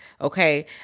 okay